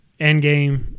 Endgame